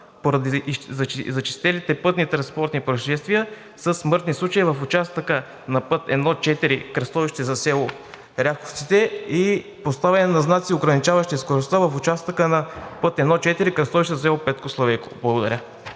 поради зачестилите пътнотранспортни произшествия със смъртни случаи в участъка на път I-4 – кръстовище за село Ряховците, и поставяне на знаци, ограничаващи скоростта в участък на път I-4 – кръстовище за село Петко Славейков? Благодаря.